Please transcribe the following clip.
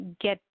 get